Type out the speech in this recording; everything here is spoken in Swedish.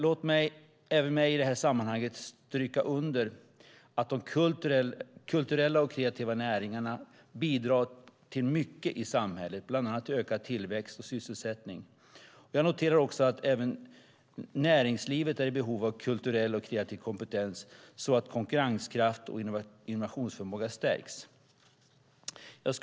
Även jag vill i det här sammanhanget stryka under att de kulturella och kreativa näringarna bidrar till mycket i samhället, bland annat ökad tillväxt och sysselsättning. Jag noterar också att även näringslivet är i behov av kulturell och kreativ kompetens så att konkurrenskraft och innovationsförmåga stärks.